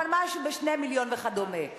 אבל משהו ב-2 מיליון שקל וכדומה.